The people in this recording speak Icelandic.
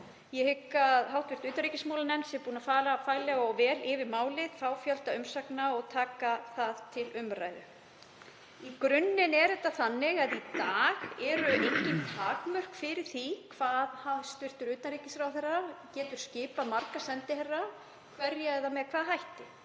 Ég hygg að hv. utanríkismálanefnd sé búin að fara faglega og vel yfir málið, fá fjölda umsagna og taka það til umræðu. Í grunninn er þetta þannig að í dag eru engin takmörk fyrir því hvað hæstv. utanríkisráðherra getur skipað marga sendiherra, hverja eða með hvaða hætti.